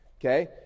Okay